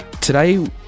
Today